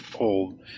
old